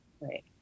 right